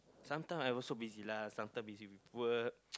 sometime I also busy lah sometime busy with work